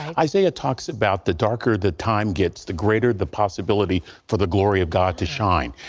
isaiah talks about the darker the time gets the greater the possibility for the glory of god to shine.